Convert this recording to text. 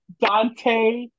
dante